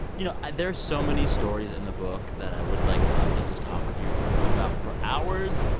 you know, there are so many stories in the book that i would, like, love to just talk with you about for hours.